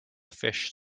fish